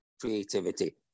creativity